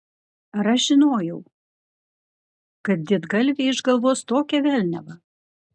ar aš žinojau kad didgalviai išgalvos tokią velniavą